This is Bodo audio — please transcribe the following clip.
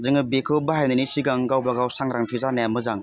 जोङो बेखौ बाहायनायनि सिगां गावबा गाव सांग्रांथि जानाया मोजां